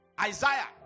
Isaiah